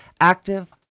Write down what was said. active